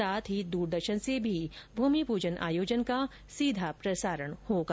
साथ ही दूरदर्शन से भी भूमि पूजन आयोजन का सीधा प्रसारण होगा